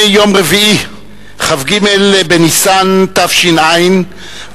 כ"ג בניסן תשע"א,